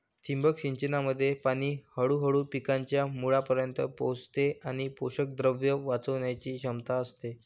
ठिबक सिंचनामध्ये पाणी हळूहळू पिकांच्या मुळांपर्यंत पोहोचते आणि पोषकद्रव्ये वाचवण्याची क्षमता असते